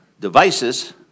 devices